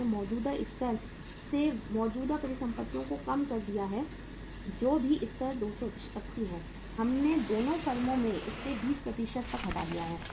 हमने मौजूदा स्तर से मौजूदा परिसंपत्तियों को कम कर दिया है जो भी स्तर 280 है हमने दोनों फर्मों में इसे 20 तक घटा दिया है